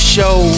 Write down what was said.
Show